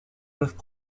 peuvent